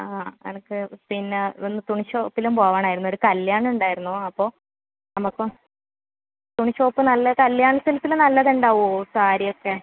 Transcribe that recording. ആ എനിക്ക് പിന്നെ ഒന്ന് തുണി ഷോപ്പിലും പോവണമായിരുന്നു ഒരു കല്യാണം ഉണ്ടായിരുന്നു അപ്പോൾ നമുക്കും തുണി ഷോപ്പ് നല്ലത് കല്യാൺ സിൽക്സിൽ നല്ലതുണ്ടാവുമോ സാരിയൊക്കെ